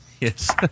Yes